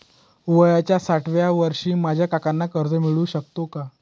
वयाच्या साठाव्या वर्षी माझ्या काकांना कर्ज मिळू शकतो का?